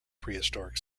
prehistoric